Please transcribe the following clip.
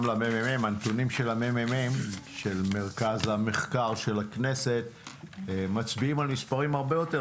הנתונים של מרכז המחקר של הכנסת מצביעים על מספרים הרבה יותר